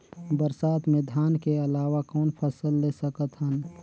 बरसात मे धान के अलावा कौन फसल ले सकत हन?